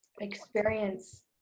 experience